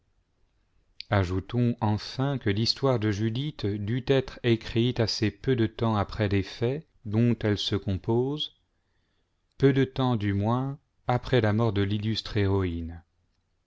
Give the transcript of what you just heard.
ajoutons enfin que l'histoire de judith dut être écrite assez peu de temps après les faits dont elle se compose peu de temps du moins après la mort de l'illustre héroïne